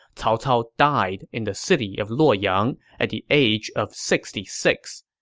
cao cao died in the city of luoyang at the age of sixty six.